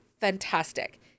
fantastic